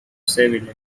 seville